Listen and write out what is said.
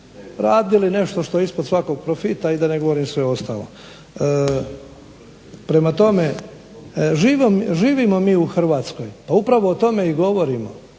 radili nešto što je ispod svakog profita i da ne govorim sve ostalo. Prema tome, živimo mi u Hrvatskoj pa upravo o tome i govorimo